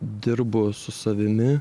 dirbu su savimi